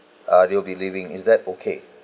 uh they'll be leaving is that okay